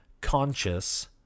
conscious